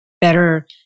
better